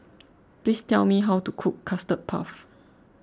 please tell me how to cook Custard Puff